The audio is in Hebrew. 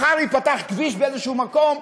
מחר ייפתח כביש באיזשהו מקום,